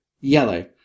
yellow